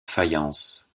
faïence